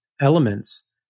elements